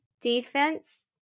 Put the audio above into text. defense